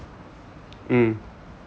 mm